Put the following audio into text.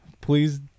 Please